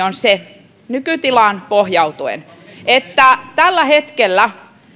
on se nykytilaan pohjautuen että tällä hetkellä